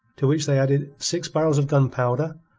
to which they added six barrels of gunpowder,